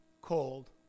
cold